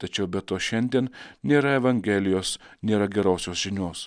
tačiau be to šiandien nėra evangelijos nėra gerosios žinios